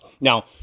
Now